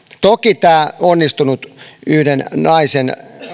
toki tämä onnistunut yhden naisen